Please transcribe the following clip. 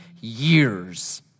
years